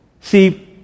See